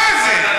מה זה?